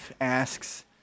asks